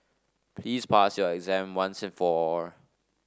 please pass your exam once and for all